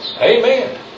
amen